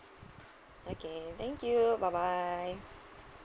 okay thank you bye bye